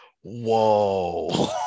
Whoa